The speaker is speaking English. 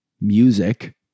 music